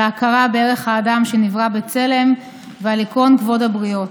על ההכרה בערך האדם שנברא בצלם ועל עקרון כבוד הבריות.